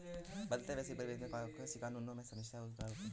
बदलते वैश्विक परिवेश में कृषि कानूनों की समीक्षा और सुधार होते रहने चाहिए